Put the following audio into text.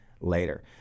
later